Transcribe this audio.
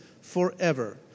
forever